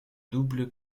double